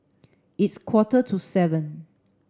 its quarter to seven